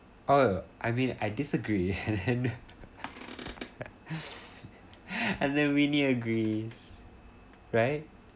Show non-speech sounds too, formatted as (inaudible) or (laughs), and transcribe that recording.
oh I mean I disagree (laughs) and then (laughs) and then winnie agrees right